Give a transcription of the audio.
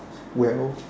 well